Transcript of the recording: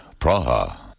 Praha